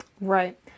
Right